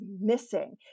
missing